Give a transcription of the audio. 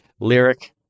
lyric